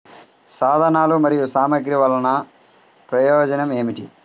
సాధనాలు మరియు సామగ్రి వల్లన ప్రయోజనం ఏమిటీ?